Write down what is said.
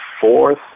Fourth